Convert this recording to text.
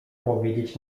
powiedzieć